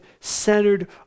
centered